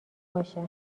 باشه